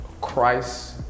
Christ